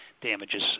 damages